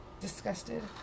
disgusted